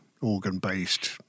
organ-based